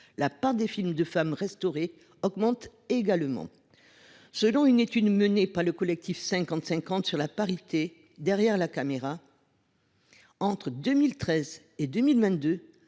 la part des films de femmes restaurés augmente également. Selon une étude menée par le collectif 50/50 sur la parité derrière la caméra, entre 2013 et 2022,